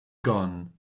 gone